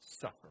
suffer